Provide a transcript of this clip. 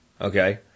Okay